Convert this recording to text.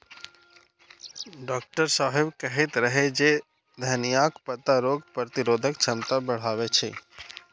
doctor साहेब कहैत रहै जे धनियाक पत्ता रोग प्रतिरोधक क्षमता बढ़बै छै